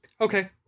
Okay